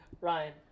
Ryan